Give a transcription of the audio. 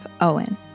Owen